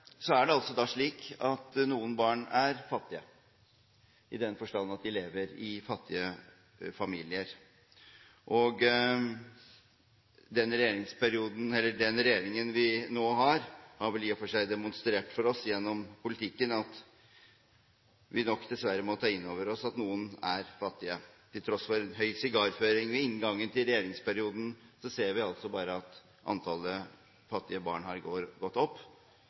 noen barn er fattige i den forstand at de lever i fattige familier. Den regjeringen vi nå har, har demonstrert for oss – gjennom politikken – at vi nok dessverre må ta inn over oss at noen er fattige. Til tross for høy sigarføring ved inngangen til regjeringsperioden ser vi at antallet fattige barn har gått opp.